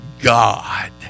God